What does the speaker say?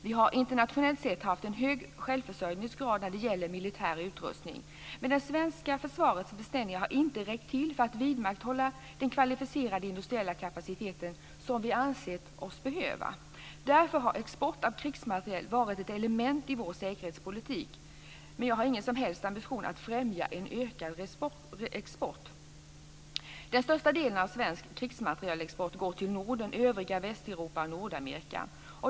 Vi har internationellt sett haft en hög självförsörjningsgrad när det gäller militär utrustning, men det svenska försvarets beställningar har inte räckt till för att vidmakthålla den kvalificerade industriella kapacitet som vi ansett oss behöva. Därför har export av krigsmateriel varit ett element i vår säkerhetspolitik. Men jag har ingen som helst ambition att främja en ökad export. Den största delen av svensk krigsmaterielexport går till Norden, övriga Västeuropa och Nordamerika.